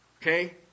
okay